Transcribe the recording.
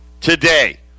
today